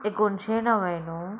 एकोणिशें णव्याणव